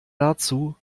dazu